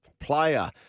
player